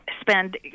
spend